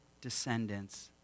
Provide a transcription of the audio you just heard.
descendants